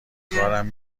کارم